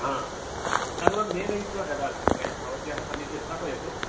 सर्वं मेलयित्वा ददातु कृपया भवत्याः समीपे स्थापयतु